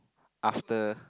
after